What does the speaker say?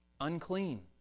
Unclean